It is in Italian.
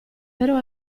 però